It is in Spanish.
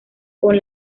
con